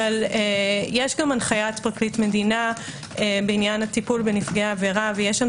אבל יש הנחיית פרקליט מדינה בעניין הטיפול בנפגעי עבירה ויש שם